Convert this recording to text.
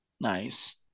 Nice